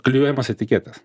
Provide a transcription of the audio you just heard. klijuojamas etiketes